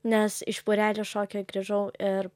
nes iš būrelio šokių grįžau ir